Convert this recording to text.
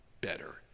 better